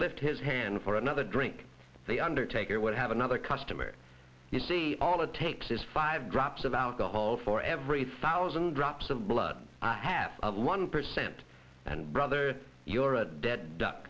lift his hand for another drink the undertaker would have another customer you see all it takes is five drops of alcohol for every thousand drops of blood i half of one percent and brother you're a dead duck